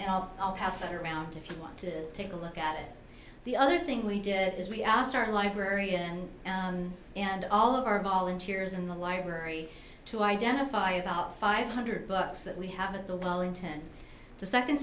feeling i'll pass it around if you want to take a look at it the other thing we did is we asked our librarian and all of our volunteers in the library to identify about five hundred books that we have at the ellington the second